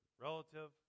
relative